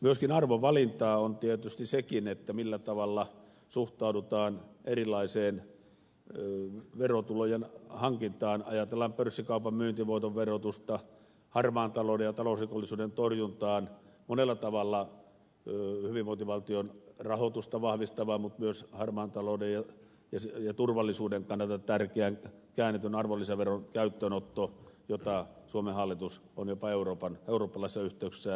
myöskin arvovalintaa on tietysti sekin millä tavalla suhtaudutaan erilaiseen verotulojen hankintaan ajatellaan pörssikaupan myyntivoiton verotusta harmaan talouden ja talousrikollisuuden torjuntaa monella tavalla hyvinvointivaltion rahoitusta vahvistavaa mutta myös harmaan talouden ja turvallisuuden kannalta tärkeää käännetyn arvonlisäveron käyttöönottoa jota suomen hallitus on jopa eurooppalaisissa yhteyksissään jarruttanut